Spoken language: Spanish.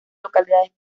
localidades